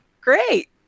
great